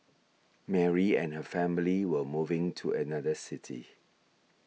Mary and her family were moving to another city